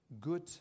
good